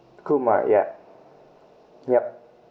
Kumar yup yup